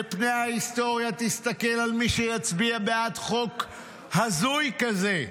ופני ההיסטוריה יסתכלו על מי שיצביע בעד חוק הזוי כזה,